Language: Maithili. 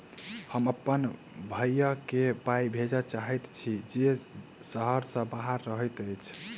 हम अप्पन भयई केँ पाई भेजे चाहइत छि जे सहर सँ बाहर रहइत अछि